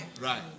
right